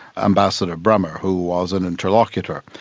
ambassador bremer, who was an interlocutor.